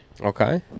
Okay